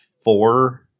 four